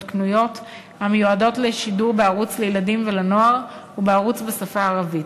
קנויות המיועדות לשידור בערוץ לילדים ולנוער ובערוץ בשפה הערבית.